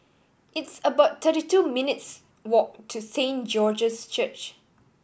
it's about thirty wo minutes' walk to Saint George's Church